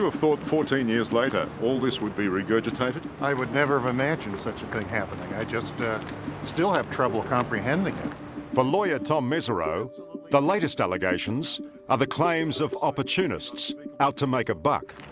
thought fourteen years later all this would be regurgitated i would never have imagined such a thing happening i just still have trouble comprehending it for loya tom mesereau the latest allegations are the claims of opportunists out to make a buck.